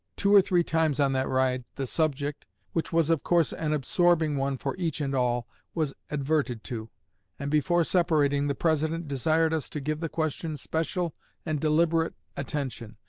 two or three times on that ride the subject, which was of course an absorbing one for each and all, was adverted to and before separating, the president desired us to give the question special and deliberate attention,